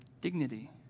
dignity